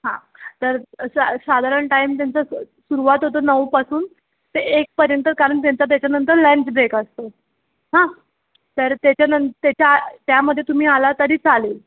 हां तर सा साधारण टाईम त्यांचा स् सुरुवात होतो नऊपासून ते एकपर्यंत कारण त्यांचा त्याच्यानंतर लंच ब्रेक असतो हां तर त्याच्यानं त्याचा आ त्यामध्ये तुम्ही आला तरी चालेल